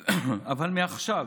אך מעכשיו,